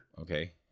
Okay